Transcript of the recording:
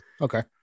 okay